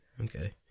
Okay